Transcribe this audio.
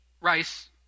rice